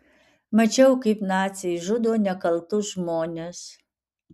mačiau kaip naciai žudo nekaltus žmones